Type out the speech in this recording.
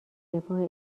رفاه